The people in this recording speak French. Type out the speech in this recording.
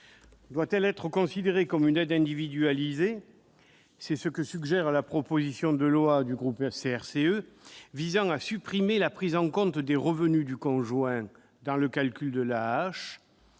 Doit-elle être considérée comme une aide individualisée ? C'est ce que suggère la proposition de loi du groupe CRCE, qui vise à supprimer la prise en compte des revenus du conjoint dans le calcul de l'AAH,